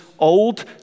old